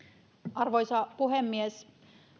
arvoisa puhemies